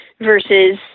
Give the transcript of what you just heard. versus